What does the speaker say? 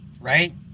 right